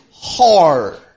hard